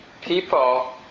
People